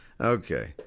Okay